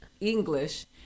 English